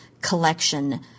collection